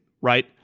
right